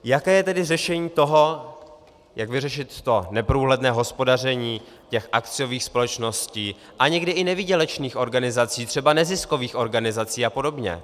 Jaké je tedy řešení toho, jak vyřešit neprůhledné hospodaření těch akciových společností a někdy i nevýdělečných organizací, třeba neziskových organizací a podobně?